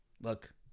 Look